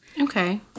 Okay